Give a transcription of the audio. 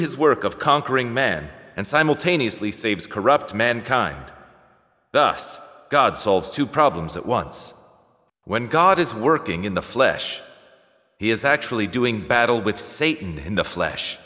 his work of conquering men and simultaneously saves corrupt mankind thus god solves two problems at once when god is working in the flesh he is actually doing battle with satan in the flesh